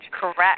Correct